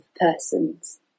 persons